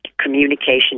communication